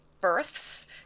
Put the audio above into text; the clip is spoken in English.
births